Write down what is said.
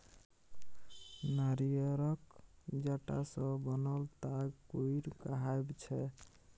नारियरक जट्टा सँ बनल ताग कोइर कहाबै छै